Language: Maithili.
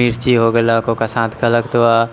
मिर्ची हो गेलक ओकरा साथ कहलक